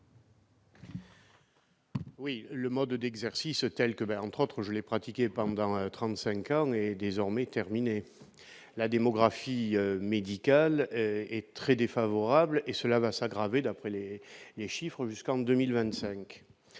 Oui, le mode d'exercice tels que ben, entre autres, je l'ai pratiqué pendant 35 ans, est désormais terminée, la démographie médicale est très défavorable, et cela va s'aggraver, d'après les les chiffres jusqu'en 2025,